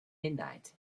midnight